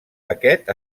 aquest